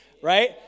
Right